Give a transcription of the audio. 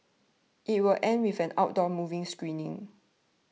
it will end with an outdoor movie screening